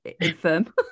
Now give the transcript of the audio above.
infirm